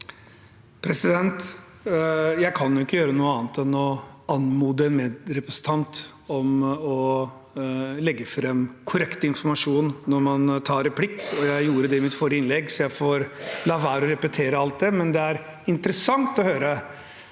Jeg kan ikke gjøre noe annet enn å anmode en medrepresentant om å legge fram korrekt informasjon når man tar replikk. Jeg gjorde det i mitt forrige svar, så jeg får la være å repetere alt det, men det er interessant å høre